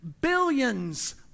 billions